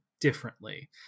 differently